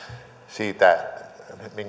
siitä